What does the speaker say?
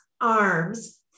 arms